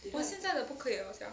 我现在的不可以了 sia